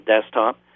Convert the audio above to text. desktop